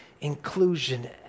inclusion